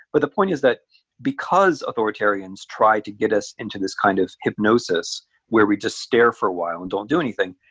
but the point is that because authoritarians try to get us into this kind of hypnosis where we just stare for awhile and don't do anything,